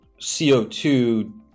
CO2